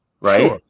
right